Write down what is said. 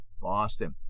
boston